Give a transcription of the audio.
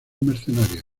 mercenarios